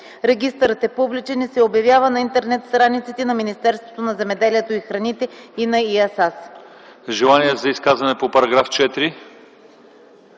Регистърът е публичен и се обявява на интернет страниците на Министерството на земеделието и храните и на ИАСАС.”